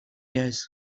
years